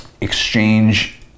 exchange